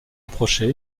approcher